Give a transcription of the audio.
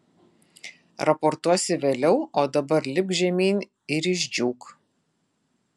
raportuosi vėliau o dabar lipk žemyn ir išdžiūk